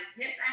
yes